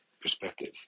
perspective